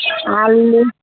आलू